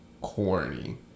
corny